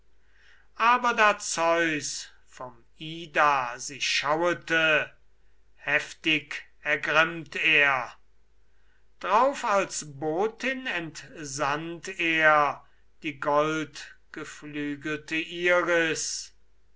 aber da zeus vom ida sie schauete heftig ergrimmt er drauf als botin entsandt er die goldgeflügelte iris